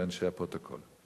ואנשי הפרוטוקול: